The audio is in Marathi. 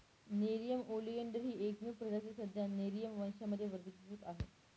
नेरिअम ओलियंडर ही एकमेव प्रजाती सध्या नेरिअम वंशामध्ये वर्गीकृत आहे